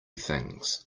things